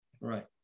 Right